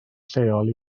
lleol